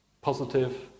positive